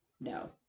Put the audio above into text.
No